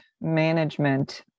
management